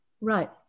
right